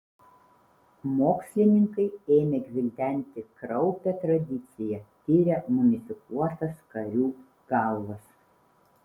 mokslininkai ėmė gvildenti kraupią tradiciją tiria mumifikuotas karių galvas